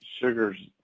Sugars